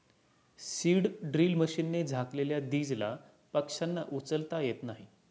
seed drill मशीनने झाकलेल्या दीजला पक्ष्यांना उचलता येत नाही